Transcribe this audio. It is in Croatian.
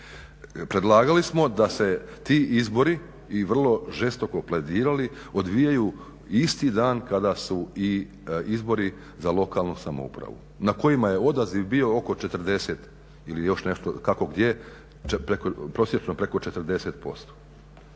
Predlagali smo da se ti izbori i vrlo žestoko pledirali odvijaju isti dan kada su i izbori za lokalnu samoupravu na kojima je odaziv bio oko 40 ili još nešto, kako gdje, prosječno preko 40%.